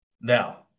Now